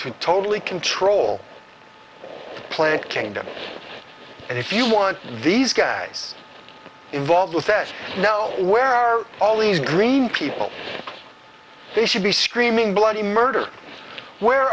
to totally control the plant kingdom and if you want these guys involved with that now where are all these green people they should be screaming bloody murder where